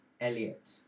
Elliot